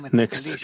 next